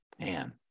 man